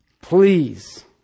Please